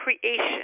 creation